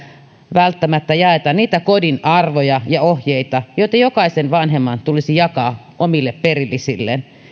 välttämättä jaeta niitä kodin arvoja ja ohjeita joita jokaisen vanhemman tulisi jakaa omille perillisilleen